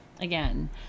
Again